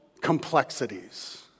complexities